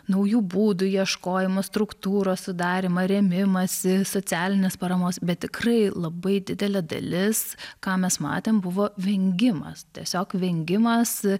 naujų būdų ieškojimą struktūros sudarymą rėmimąsi socialinės paramos bet tikrai labai didelė dalis ką mes matėm buvo vengimas tiesiog vengimas